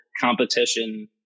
competition